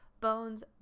bones